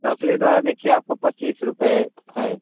chocolate वाला देखिए आपको पच्चीस रूपये है